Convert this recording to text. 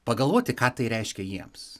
pagalvoti ką tai reiškia jiems